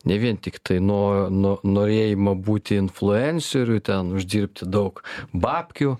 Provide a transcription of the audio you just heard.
ne vien tiktai nuo nuo norėjimo būti influenceriu ten uždirbti daug babkių